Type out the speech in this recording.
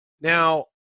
Now